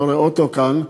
אני לא רואה אותו כאן,